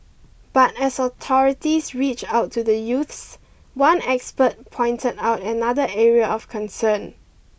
but as authorities reach out to the youths one expert pointed out another area of concern